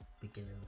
beginning